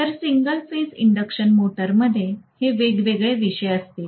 तर single phase induction मोटरमध्ये हे वेगवेगळे विषय असतील